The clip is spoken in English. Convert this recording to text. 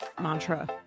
mantra